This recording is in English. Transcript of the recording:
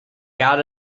got